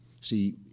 See